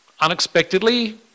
unexpectedly